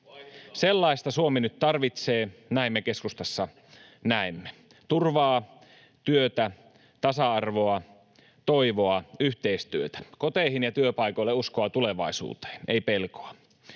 Sellaista Suomi nyt tarvitsee, näin me Keskustassa näemme: turvaa, työtä, tasa-arvoa, toivoa, yhteistyötä, koteihin ja työpaikoille uskoa tulevaisuuteen — ei pelkoa.